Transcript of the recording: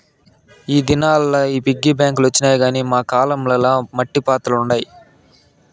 ఈ దినాల్ల ఈ పిగ్గీ బాంక్ లొచ్చినాయి గానీ మా కాలం ల మట్టి పాత్రలుండాయి